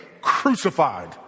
crucified